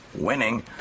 winning